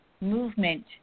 movement